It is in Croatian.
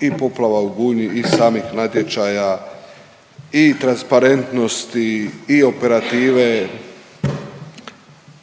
i poplava u Gunji i samih natječaja i transparentnosti i operative